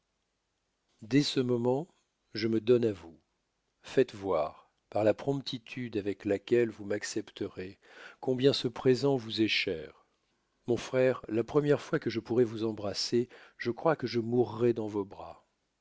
dès ce moment je me donne à vous faites voir par la promptitude avec laquelle vous m'accepterez combien ce présent vous est cher mon frère la première fois que je pourrai vous embrasser je crois que je mourrai dans vos bras